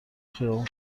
خیابون